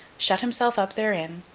shut himself up therein,